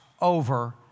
over